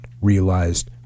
realized